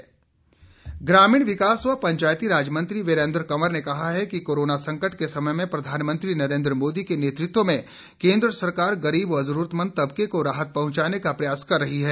वीरेन्द्र कंवर ग्रामीण विकास व पंचायती राज मंत्री वीरेंद्र कंवर ने कहा है कि कोरोना संकट के समय में प्रधानमंत्री नरेंद्र मोदी के नेतृत्व में केंद्र सरकार गरीब व जरूरतमंद तबके को राहत पहुंचाने का प्रयास कर रही है